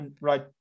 Right